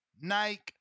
Nike